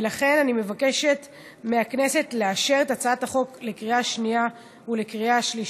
ולכן אני מבקשת מהכנסת לאשר את הצעת החוק לקריאה שנייה ולקריאה שלישית.